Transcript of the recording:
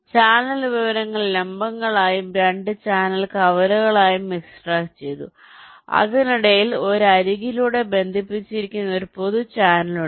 channel വിവരങ്ങൾ ലംബങ്ങളായും 2 channel കവലയായും എക്സ്ട്രാക്റ്റു ചെയ്തു അതിനിടയിൽ ഒരു അരികിലൂടെ ബന്ധിപ്പിച്ചിരിക്കുന്ന ഒരു പൊതു ചാനൽ ഉണ്ട്